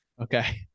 Okay